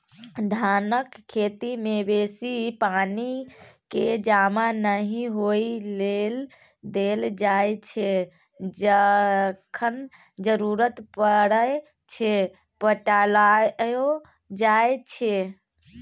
धानक खेती मे बेसी पानि केँ जमा नहि होइ लेल देल जाइ छै जखन जरुरत परय छै पटाएलो जाइ छै